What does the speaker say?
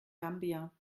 gambia